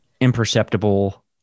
imperceptible